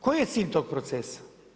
Koji je cilj tog procesa?